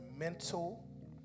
Mental